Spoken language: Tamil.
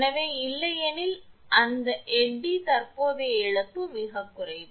எனவே இல்லையெனில் அந்த எடி தற்போதைய இழப்பு மிகக் குறைவு